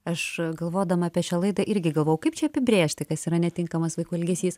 aš galvodama apie šią laidą irgi galvojau kaip čia apibrėžti kas yra netinkamas vaikų elgesys